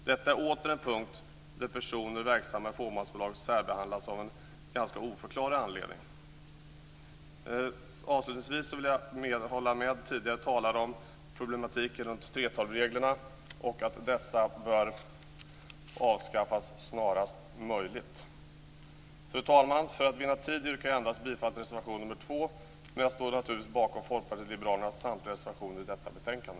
Detta är åter en punkt där personer verksamma i fåmansbolag särbehandlas av en ganska oförklarlig anledning. Avslutningsvis vill jag hålla med tidigare talare om problematiken runt 3:12-reglerna och att dessa bör avskaffas snarast möjligt. Fru talman! För att vinna tid yrkar jag bifall endast till reservation nr 2, men jag står naturligtvis bakom Folkpartiet liberalernas samtliga reservationer i detta betänkande.